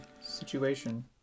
situation